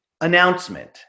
announcement